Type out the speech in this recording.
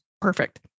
perfect